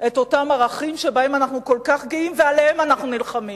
את אותם ערכים שבהם אנחנו כל כך גאים ועליהם אנחנו נלחמים.